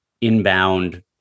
inbound